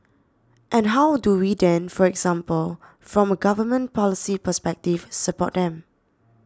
and how do we then for example from a government policy perspective support them